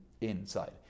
inside